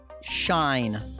Shine